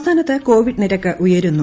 സംസ്ഥാനത്ത് കോവിഡ് നിരക്ക് ഉയരുന്നു